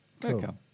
Cool